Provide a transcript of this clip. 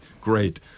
great